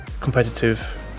competitive